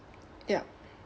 ya